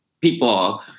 people